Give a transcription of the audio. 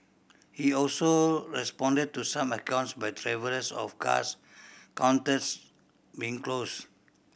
he also responded to some accounts by travellers of cars counters being closed